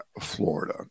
Florida